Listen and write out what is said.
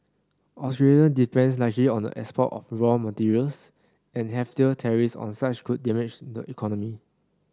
Australia depends largely on the export of raw materials and heftier tariffs on such could damage the economy